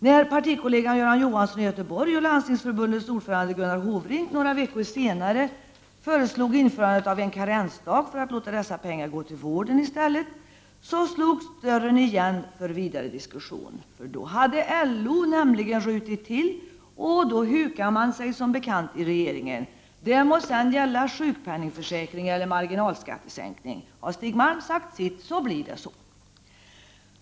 När partikollegan Göran Johansson i Göteborg och Landstingsförbundets ordförande Gunnar Hofring några veckor senare föreslog att man skulle införa en karensdag och låta dessa pengar gå till vården i stället slogs dörren igen för vidare diskussion. LO röt nämligen till, och då hukar sig som bekant regeringen. Det må gälla sjukpenning eller marginalskattesänkning! Har Stig Malm sagt sitt, blir det så.